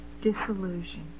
disillusion